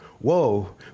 Whoa